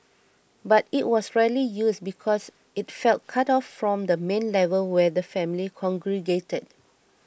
but it was rarely used because it felt cut off from the main level where the family congregated